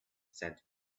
said